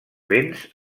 vents